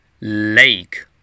lake